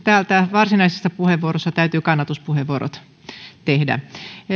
varsinaisessa puheenvuorossa täytyy kannatuspuheenvuorot tehdä